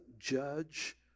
Judge